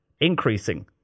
increasing